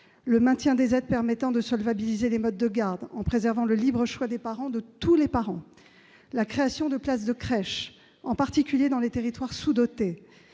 le maintien des aides permettant de solvabiliser les modes de garde en préservant le libre choix des parents, de tous les parents, la création de places de crèche, en particulier dans les territoires sous-dotés.